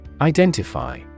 Identify